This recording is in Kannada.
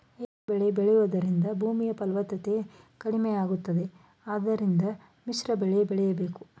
ಏಕಬೆಳೆ ಬೆಳೆಯೂದರಿಂದ ಭೂಮಿ ಫಲವತ್ತತೆ ಕಡಿಮೆಯಾಗುತ್ತದೆ ಆದ್ದರಿಂದ ಮಿಶ್ರಬೆಳೆ ಬೆಳೆಯಬೇಕು